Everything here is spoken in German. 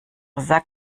sagt